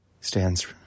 stands